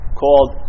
called